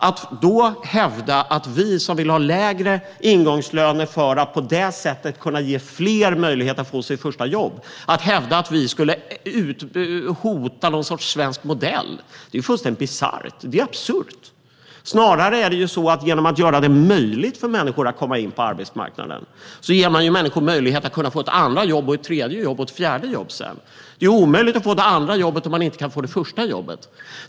Att då hävda att vi som vill ha lägre ingångslöner för att ge fler möjlighet att få sitt första jobb skulle hota någon sorts svensk modell är fullständigt bisarrt och absurt. Snarare är det så att man genom att göra det möjligt för människor att komma in på arbetsmarknaden också ger dem möjlighet att sedan få ett andra jobb, ett tredje jobb och ett fjärde jobb. Det är ju omöjligt att få det andra jobbet om man inte kan få det första jobbet.